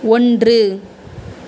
ஒன்று